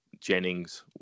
Jennings